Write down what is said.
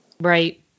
Right